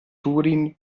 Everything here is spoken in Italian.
turyn